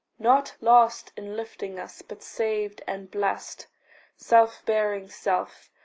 not lost in lifing us, but saved and blest self bearing self,